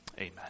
Amen